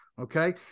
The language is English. Okay